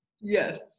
yes